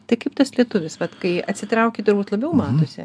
tai kaip tas lietuvis vat kai atsitrauki turbūt labiau matosi